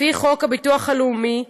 לפי חוק הביטוח הלאומי,